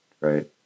right